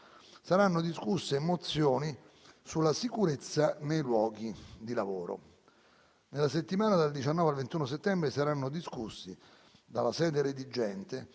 saranno discusse mozioni sulla sicurezza nei luoghi di lavoro. Nella settimana dal 19 al 21 settembre saranno discussi, dalla sede redigente,